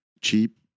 cheap